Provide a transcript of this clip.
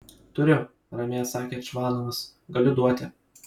turiu ramiai atsakė čvanovas galiu duoti